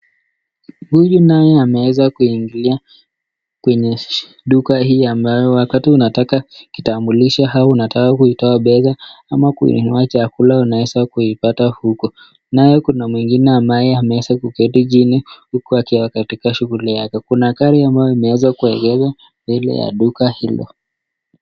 Huyu naye ameweza kuingia kwenye duka hii ambayo wakati unataka kitambulisho au anataka kuitoa pesa, ama kununuwa chakula unaweza kuipata huko. Nayo kuna mwingine ambaye ameweza kuketi chini huku akiwa katika shughuli yake. Kuna gari ambayo imeweza kuegezwa mbele ya duka hilo.